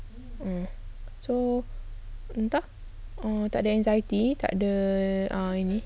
um so entah um tak ada anxiety tak ada ah